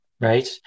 Right